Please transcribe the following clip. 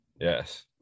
Yes